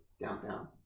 Downtown